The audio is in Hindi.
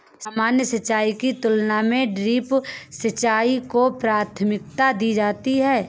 सामान्य सिंचाई की तुलना में ड्रिप सिंचाई को प्राथमिकता दी जाती है